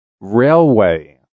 railway